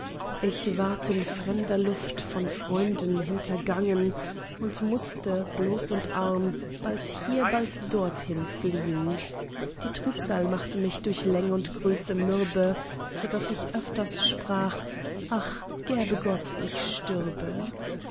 ich ward in fremder luft von freunden hintergangen und mußte bloß und arm bald hier bald dorthin fliehn die trübsal machte mich durch läng und größe mürbe so daß ich öfters sprach ach gäbe gott ich stürbe